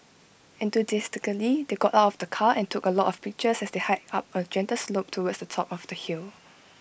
enthusiastically they got out of the car and took A lot of pictures as they hiked up A gentle slope towards the top of the hill